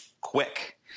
quick